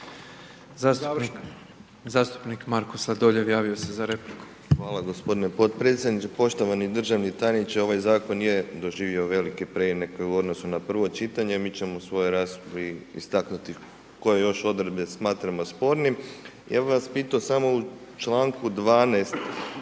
za repliku. **Sladoljev, Marko (MOST)** Hvala gospodine potpredsjedniče. Poštovani državni tajniče, ovaj zakon, je proživio velike preinake u odnosu na prvo čitanje, mi ćemo u svojoj raspravi istaknuti, koje još odredbe smatramo spornim. Ja bi vas pitao samo u čl. 12.